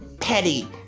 petty